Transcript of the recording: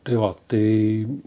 tai va tai